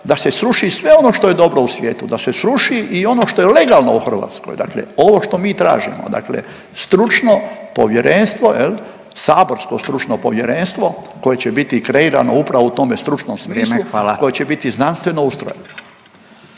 da se sruši sve ono što je dobro u svijetu, da se sruši i ono što je legalno u Hrvatskoj. Dakle ovo što mi tražimo dale stručno povjerenstvo jel, saborsko stručno povjerenstvo koje će biti i kreirano upravo u tome stručnom smislu …/Upadica Radin: Vrijeme,